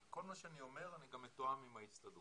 כל מה שאני אומר אני גם מתואם עם ההסתדרות.